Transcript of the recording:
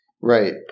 Right